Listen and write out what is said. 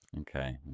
Okay